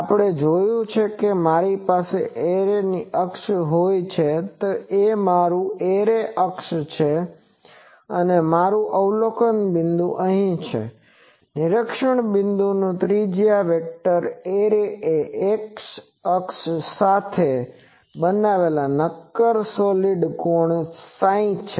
આપણે જોયું છે કે જો મારી પાસે એરે અક્ષ હોઈ તો આ મારું એરે અક્ષ છે અને મારું અવલોકન બિંદુ અહીં છે નિરીક્ષણ બિંદુનો ત્રિજ્યા વેક્ટર એરે એ અક્ષ સાથે બનાવેલો નક્કર કોણ ψ છે